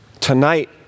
tonight